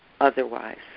otherwise